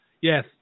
yes